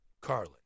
Carlin